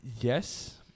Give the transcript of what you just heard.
Yes